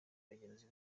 bagenzi